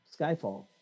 Skyfall